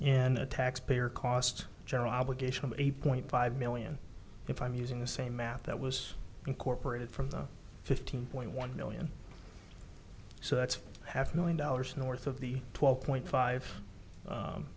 and a taxpayer cost general obligation of eight point five million if i'm using the same math that was incorporated for the fifteen point one million so that's half million dollars north of the twelve